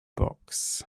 box